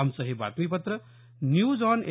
आमचं हे बातमीपत्र न्यूज ऑन ए